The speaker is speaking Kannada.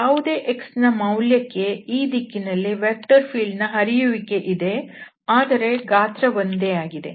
ಯಾವುದೇ x ನ ಮೌಲ್ಯಕ್ಕೆ ಈ ದಿಕ್ಕಿನಲ್ಲಿ ವೆಕ್ಟರ್ ಫೀಲ್ಡ್ ನ ಹರಿಯುವಿಕೆ ಇದೆ ಆದರೆ ಗಾತ್ರ ಒಂದೇ ಆಗಿದೆ